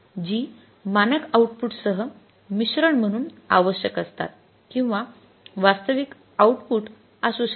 जी मानक आउटपुट सह मिश्रण म्हणून आवश्यक असतात किंवा वास्तविक आउटपुट असू शकतात